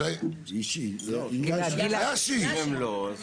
שבו מראים שאזרחים לא מקצועיים לא זוכים בוועדות ערר.